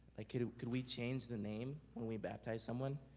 like you know could we change the name when we baptize someone?